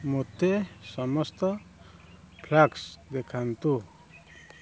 ମୋତେ ସମସ୍ତ ଫ୍ଲାସ୍କ୍ ଦେଖାନ୍ତୁ